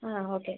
ആ ഓക്കേ